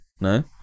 no